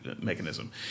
mechanism